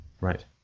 right